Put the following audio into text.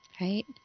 right